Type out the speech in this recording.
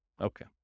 Okay